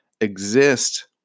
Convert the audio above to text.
exist